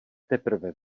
teprve